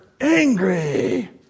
angry